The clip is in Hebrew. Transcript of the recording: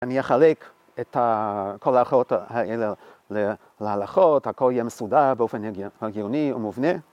אני אחלק את כל ההלכות האלה להלכות, הכל יהיה מסודר באופן הגיוני ומובנה.